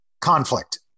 conflict